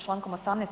Člankom 18.